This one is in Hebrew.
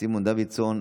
סימון דוידסון,